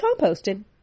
composted